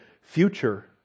future